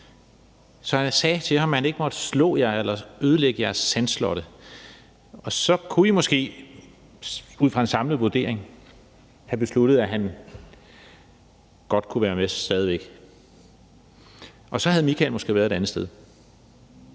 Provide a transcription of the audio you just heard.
og have sagt til ham, at han ikke måtte slår jer eller ødelægge jeres sandslotte. Så kunne I måske ud fra en samlet vurdering have besluttet, at han godt kunne være med stadig væk, og så havde Michael måske været et andet sted.